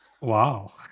Wow